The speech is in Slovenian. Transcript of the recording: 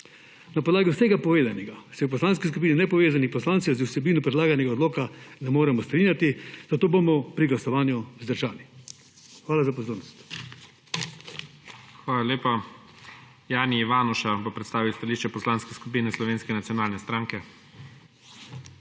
Na podlagi vsega povedanega se v Poslanski skupini nepovezanih poslancev z vsebino predlaganega odloka ne moremo strinjati, zato bomo pri glasovanju vzdržani. Hvala za pozornost. **PREDSEDNIK IGOR ZORČIČ:** Hvala lepa. Jani Ivanuša bo predstavil stališče Poslanske skupine Slovenske nacionalne stranke.